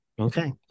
Okay